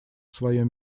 свое